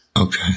Okay